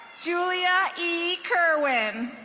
julia e kerrwin.